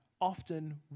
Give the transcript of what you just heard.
often